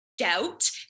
Doubt